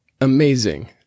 amazing